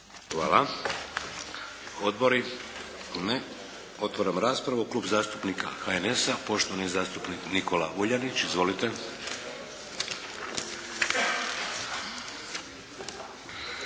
Hvala. Odbori? Ne. Otvaram raspravu. Klub zastupnika HNS-a, poštovani zastupnik Nikola Vuljanić. Izvolite.